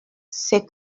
c’est